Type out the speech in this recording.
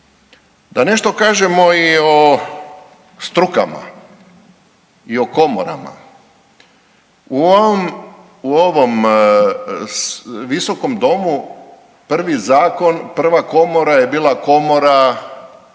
Da nešto kažemo i o strukama i o komorama. U ovom, u ovom visokom domu prvi zakon, prva komora je bila komora